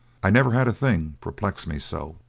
i never had a thing perplex me so.